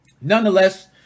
nonetheless